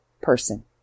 person